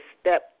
step